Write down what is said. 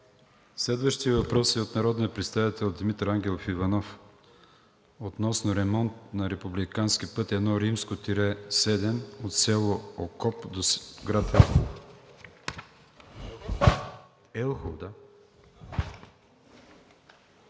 Следващият въпрос е от народния представител Димитър Ангелов Иванов относно ремонт на републикански път I-7 от село Окоп до град Елхово. Заповядайте